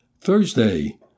Thursday